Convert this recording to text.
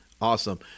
Awesome